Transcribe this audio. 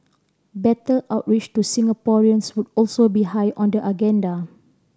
better outreach to Singaporeans would also be high on the agenda